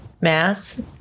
mass